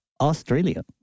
Australia